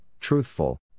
truthful